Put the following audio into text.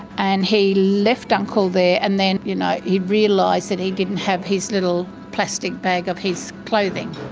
and he left uncle there. and then you know he realised that he didn't have his little plastic bag of his clothing,